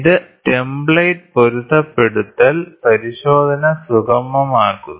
ഇത് ടെംപ്ലേറ്റ് പൊരുത്തപ്പെടുത്തൽ പരിശോധന സുഗമമാക്കുന്നു